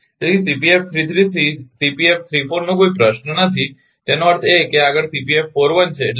તેથી નો કોઈ પ્રશ્ન નથી તેનો અર્થ એ કે આગળ છે એટલે કે